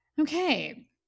Okay